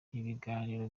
ibiganiro